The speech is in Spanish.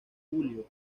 julio